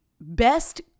Best